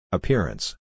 Appearance